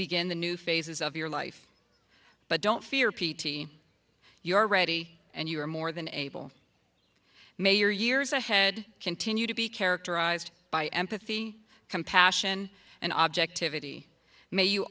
begin the new phases of your life but don't fear p t you are ready and you are more than able mayor years ahead continue to be characterized by empathy compassion and objectivity may you